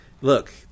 look